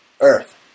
Earth